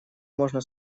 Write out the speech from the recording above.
можно